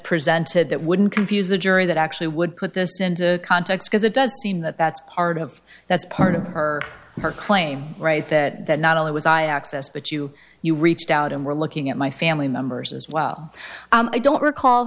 presented that wouldn't confuse the jury that actually would put this into context because it does seem that that's part of that's part of her her claim right that not only was i access but you you reached out and were looking at my family members as well i don't recall